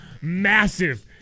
massive